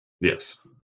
Yes